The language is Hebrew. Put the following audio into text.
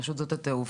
רשות שדות התעופה,